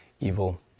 evil